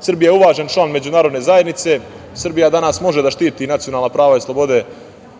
Srbija je uvažen član međunarodne zajednice. Srbija danas može da štiti nacionalna prava i slobode